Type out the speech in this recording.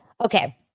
Okay